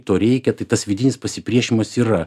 to reikia tai tas vidinis pasipriešinimas yra